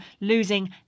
losing